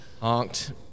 honked